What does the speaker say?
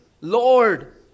Lord